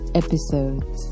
episodes